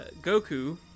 Goku